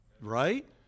Right